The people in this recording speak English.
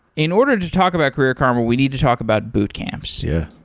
in order to talk about career karma, we need to talk about boot camps. yeah.